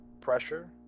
pressure